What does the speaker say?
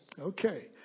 Okay